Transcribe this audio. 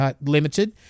Limited